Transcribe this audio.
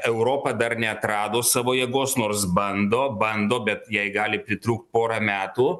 europa dar neatrado savo jėgos nors bando bando bet jai gali pritrūkt pora metų